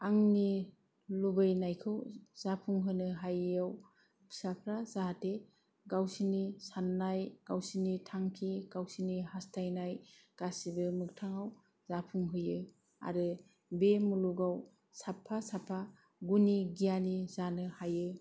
आंनि लुबैनायखौ जाफुंहोनो हायियाव फिसाफ्रा जाहाथे गावसिनि साननाय गावसिनि थांखि गावसिनि हासथायनाय गासिबो मोगथाङाव जाफुंफैयो आरो बे मुलुगाव साफा साफा गुनि गियानि जानो हायो